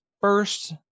First